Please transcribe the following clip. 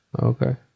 Okay